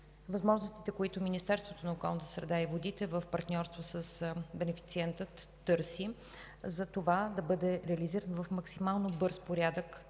възможностите, които Министерството на околната среда и водите в партньорство с бенефициента търси за това да бъде реализиран в максимално бърз порядък